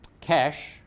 cash